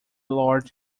lord